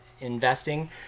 investing